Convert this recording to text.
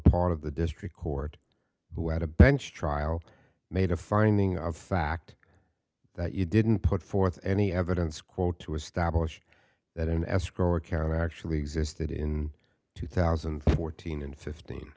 part of the district court who had a bench trial made a finding of fact that you didn't put forth any evidence quote to establish that an escrow account actually existed in two thousand and fourteen and